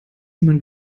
niemand